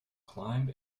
climb